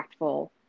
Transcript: impactful